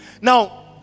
Now